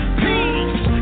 peace